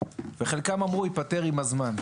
וחלקם אמרו: "זה ייפתר עם הזמן".